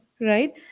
right